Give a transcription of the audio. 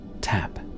tap